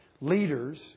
Leaders